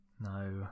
No